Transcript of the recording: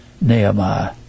Nehemiah